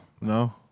No